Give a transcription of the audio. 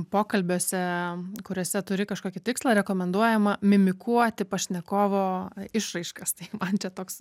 pokalbiuose kuriuose turi kažkokį tikslą rekomenduojama mimikuoti pašnekovo išraiškas tai man čia toks